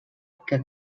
que